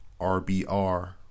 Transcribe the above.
RBR